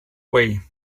way